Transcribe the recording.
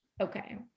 Okay